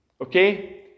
Okay